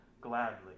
gladly